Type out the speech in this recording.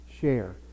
share